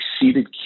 exceeded